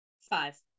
five